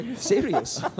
Serious